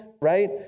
right